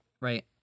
right